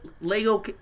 Lego